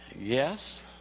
Yes